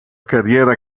carriera